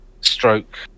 stroke